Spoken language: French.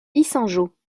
yssingeaux